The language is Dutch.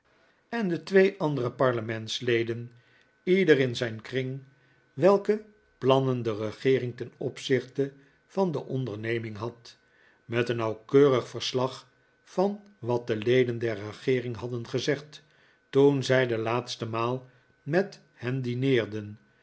en de twee andere parlenikolaas nickleby mentsleden ieder in zijn kring welke planner de regeering ten opzichte van de onderneming had met een nauwkeurig verslag van wat de leden der regeering hadden gezegd toen zij de laatste maal met hen